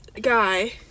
guy